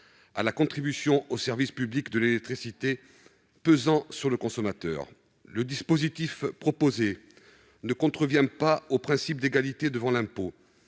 à la contribution au service public de l'électricité pesant sur le consommateur. Le dispositif proposé ne contrevient pas au principe d'égalité devant l'impôt.